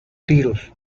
tiros